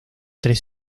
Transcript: tres